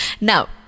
Now